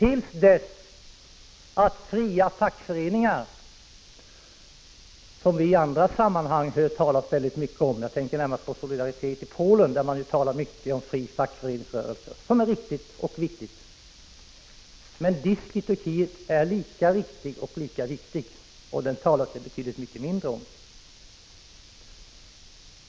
I andra sammanhang hör vi väldigt mycket talas om fria fackföreningar — jag tänker närmast på Solidaritet i Polen — och det är riktigt och viktigt. Men friheten för DISK i Turkiet är lika riktig och lika viktig, och den talas det betydligt mindre om.